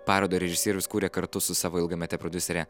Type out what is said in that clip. parodą režisierius kuria kartu su savo ilgamete prodiusere